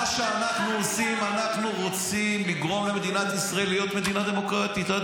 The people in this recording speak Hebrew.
אנחנו רוצים לגרום למדינת ישראל להיות מדינה דמוקרטית.